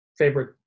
Favorite